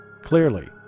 Clearly